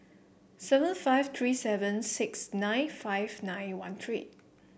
seven five three seven six nine five nine one three